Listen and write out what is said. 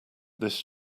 this